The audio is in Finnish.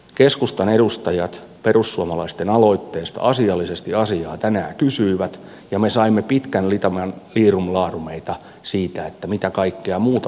keskustan edustajat perussuomalaisten aloitteesta asiallisesti asiaa tänään kysyivät ja me saimme pitkän litanian liirumlaarumeita siitä mitä kaikkea muuta tapahtuu